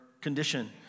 condition